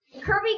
Kirby